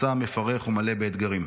מסע מפרך ומלא באתגרים.